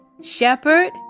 shepherd